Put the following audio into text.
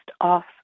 off